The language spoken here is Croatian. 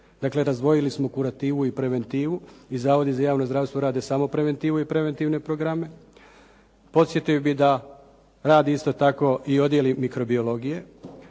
Dakle, razdvojili smo kurativu i preventivu i zavodi za javno zdravstvo rade samo preventivu i preventivne programe. Podsjetio bih da radi isto tako i odjeli mikrobiologije.